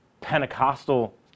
Pentecostal